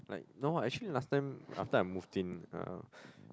like no what actually the last time after I moved in uh